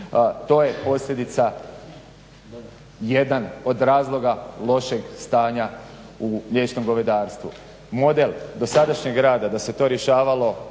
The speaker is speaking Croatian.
To je posljedica jedan od razloga lošeg stanja u mliječnom govedarstvu. Model dosadašnjeg rada da se to rješavalo